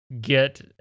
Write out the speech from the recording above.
get